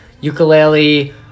ukulele